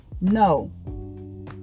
No